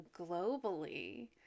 globally